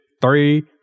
three